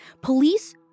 Police